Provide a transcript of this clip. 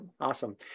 Awesome